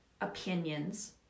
opinions